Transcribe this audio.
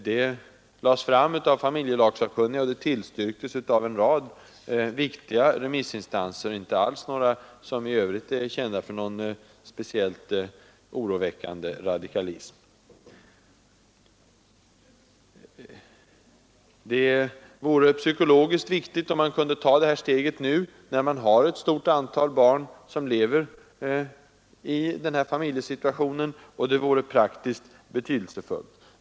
Det förslaget lades fram av familjelagssakkunniga, och det tillstyrktes av en rad viktiga remissinstanser — som inte är kända för någon oroväckande radikalism i övrigt. Det vore psykologiskt riktigt om man kunde ta detta steg nu, när ett stort antal barn lever i den här familjesituationen, och det vore praktiskt betydelsefullt.